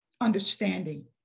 understanding